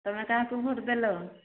ତୁମେ କାହାକୁ ଭୋଟ ଦେଲ